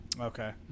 Okay